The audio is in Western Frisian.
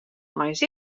eins